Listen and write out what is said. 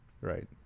Right